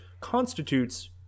constitutes